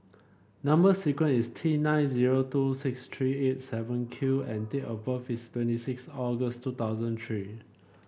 number sequence is T nine zero two six three eight seven Q and date of birth is twenty six August two thousand three